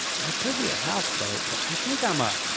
yeah could be a houseboat but i think i'm a